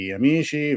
amici